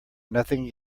nothing